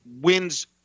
wins